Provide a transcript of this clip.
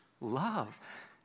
love